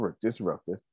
disruptive